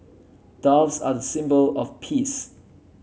doves are the symbol of peace